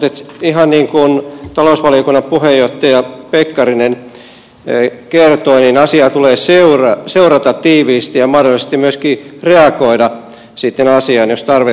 mutta ihan niin kuin talousvaliokunnan puheenjohtaja pekkarinen kertoi niin asiaa tulee seurata tiiviisti ja mahdollisesti myöskin reagoida sitten asiaan jos tarve vaatii